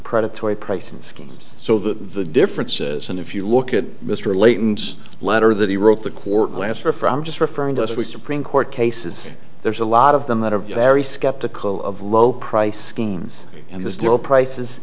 predatory pricing schemes so that the differences and if you look at mr layton's letter that he wrote the court last are from just referring to us we supreme court cases there's a lot of them that are very skeptical of low price schemes and there's no prices